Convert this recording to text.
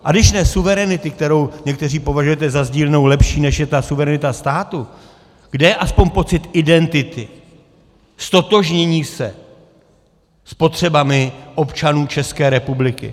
A když ne suverenity, kterou někteří považujete za sdílnou (?) lepší, než je ta suverenita státu, kde je aspoň pocit identity, ztotožnění se s potřebami občanů České republiky?